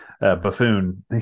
buffoon